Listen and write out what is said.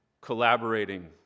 collaborating